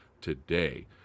today